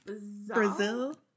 Brazil